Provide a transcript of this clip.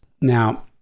Now